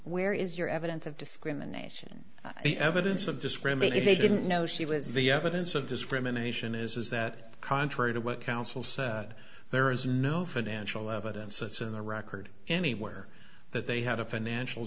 where is your evidence of discrimination evidence of discrimination a didn't know she was the evidence of discrimination is that contrary to what counsel said there is no financial evidence that's in the record anywhere that they had a financial